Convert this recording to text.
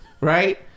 Right